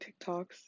TikToks